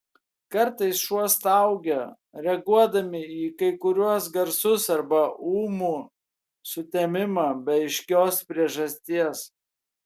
kartais šuo staugia reaguodami į kai kuriuos garsus arba į ūmų sutemimą be aiškios priežasties